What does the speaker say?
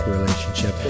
relationship